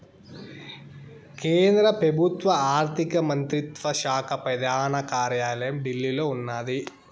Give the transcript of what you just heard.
కేంద్ర పెబుత్వ ఆర్థిక మంత్రిత్వ శాక పెదాన కార్యాలయం ఢిల్లీలో ఉన్నాది